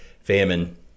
famine